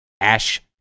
Ash